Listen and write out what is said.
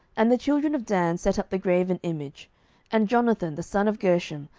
and the children of dan set up the graven image and jonathan, the son of gershom,